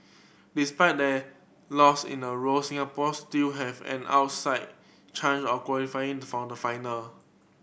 despite their loss in a row Singapore still have an outside chance of qualifying to for the final